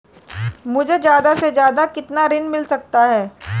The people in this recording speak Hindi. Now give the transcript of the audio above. मुझे ज्यादा से ज्यादा कितना ऋण मिल सकता है?